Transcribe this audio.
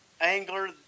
angler